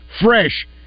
fresh